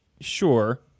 Sure